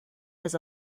was